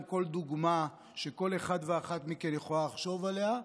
עם כל דוגמה שכל אחד ואחת מכם יכולה לחשוב עליה.